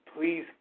please